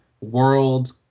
world